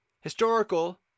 historical